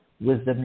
Wisdom